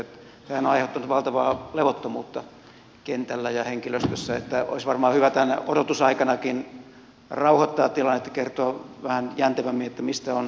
tämähän on aiheuttanut valtavaa levottomuutta kentällä ja henkilöstössä joten olisi varmaan hyvä tänä odotusaikanakin rauhoittaa tilannetta kertoa vähän jäntevämmin mistä on todella kysymys